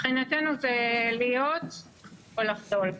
מבחינתנו זה להיות או לחדול.